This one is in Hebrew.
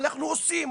אנחנו עושים,